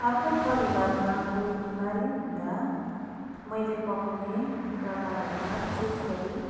आफ्नो परिवारमा कोही बिमारी हुँदा मैले पकाउने प्रकारहरूमा विशेष गरी